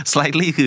Slightly